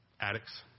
Addicts